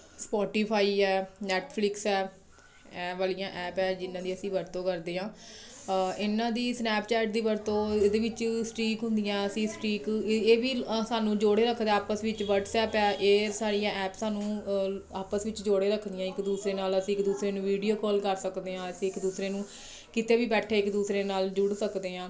Spotify ਆ Netflix ਹੈ ਇਹ ਵਾਲੀਆਂ ਐਪ ਆ ਜਿਹਨਾਂ ਦੀ ਅਸੀਂ ਵਰਤੋਂ ਕਰਦੇ ਹਾਂ ਇਹਨਾਂ ਦੀ ਸਨੈਪਚੈਟ ਦੀ ਵਰਤੋਂ ਇਹਦੇ ਵਿੱਚ ਸਟੀਕ ਹੁੰਦੀਆਂ ਅਸੀਂ ਸਟੀਕ ਇਹ ਵੀ ਸਾਨੂੰ ਜੋੜੇ ਰੱਖਦਾ ਆਪਸ ਵਿੱਚ ਵਟਸਐਪ ਹੈ ਇਹ ਸਾਰੀਆਂ ਐਪ ਸਾਨੂੰ ਆਪਸ ਵਿੱਚ ਜੋੜੇ ਰੱਖਦੀਆਂ ਇੱਕ ਦੂਸਰੇ ਨਾਲ ਅਸੀਂ ਦੂਸਰੇ ਨੂੰ ਵੀਡੀਓ ਕੌਲ ਕਰ ਸਕਦੇ ਹਾਂ ਅਸੀਂ ਇੱਕ ਦੂਸਰੇ ਨੂੰ ਕਿਤੇ ਵੀ ਬੈਠੇ ਇੱਕ ਦੂਸਰੇ ਨਾਲ ਜੁੜ ਸਕਦੇ ਹਾਂ